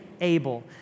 able